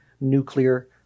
nuclear